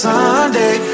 Sunday